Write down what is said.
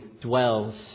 dwells